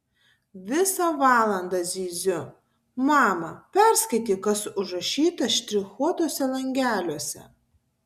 visą valandą zyziu mama perskaityk kas užrašyta štrichuotuose langeliuose